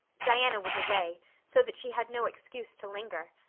diana was away so that she had no excuse to linger.